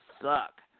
suck